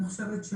אני חושבת,